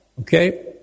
Okay